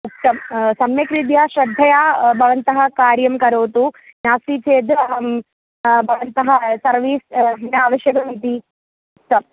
उक्तं सम्यक्रीत्या श्रद्धया भवन्तः कार्यं करोतु नास्ति चेद् अहं भवन्तः सर्वीस् नावश्यकम् इति उक्तं